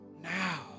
now